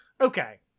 okay